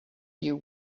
you